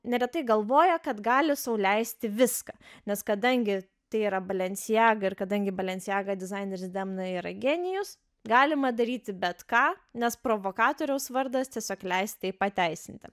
neretai galvoja kad gali sau leisti viską nes kadangi tai yra balencijaga ir kadangi balencijaga dizaineris demna yra genijus galima daryti bet ką nes provokatoriaus vardas tiesiog leis tai pateisinti